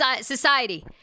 society